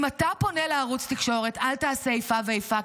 אם אתה פונה לערוץ תקשורת אל תעשה איפה ואיפה,